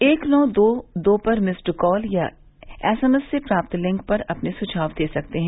एक नौ दो दो पर मिस्ड कॉल या एसएमएस से प्राप्त लिंक पर अपने सुझाव दे सकते हैं